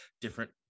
different